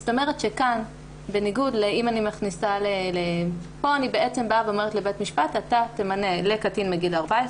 זאת אומרת שפה אני בעצם אומרת לבית משפט: אתה תמנה לקטין מגיל 14